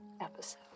episode